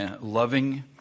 loving